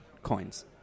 Coins